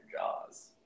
Jaws